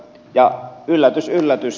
ja yllätys yllätys